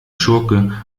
schurke